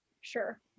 Sure